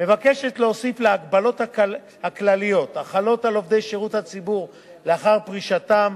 מבקשת להוסיף להגבלות הכלליות החלות על עובדי שירות הציבור לאחר פרישתם,